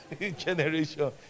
generation